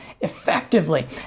effectively